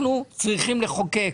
אנחנו צריכים לחוקק,